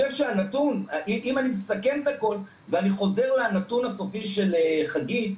אם אני מסכם את הכל ואני חוזר לנתון הסופי של חגית,